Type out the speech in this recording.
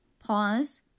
pause